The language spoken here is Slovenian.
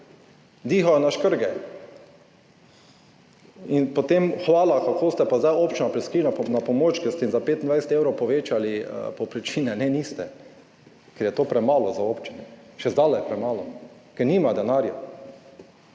dihajo na škrge. In potem hvala, kako ste pa zdaj občinam prišli na pomoč, ker ste jim za 25 evrov povečali povprečnine. Ne, niste, ker je to premalo za občine. Daleč premalo, ker nimajo denarja